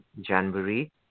January